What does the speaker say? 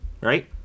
Right